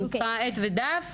אני צריכה עט ודף.